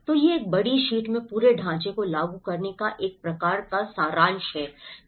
तो यह एक बड़ी शीट में पूरे ढांचे को लागू करने का एक प्रकार का सारांश है